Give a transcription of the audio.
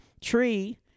tree